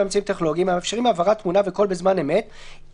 באמצעים טכנולוגיים המאפשרים העברת תמונה וקול בזמן אמת,